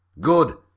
Good